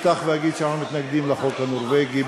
אפתח ואגיד שאנחנו מתנגדים לחוק הנורבגי,